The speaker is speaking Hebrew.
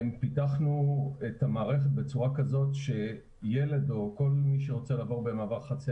פיתחנו את המערכת בצורה כזאת שילד או כל מי שרוצה לעבור במעבר חציה